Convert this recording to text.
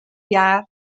jaar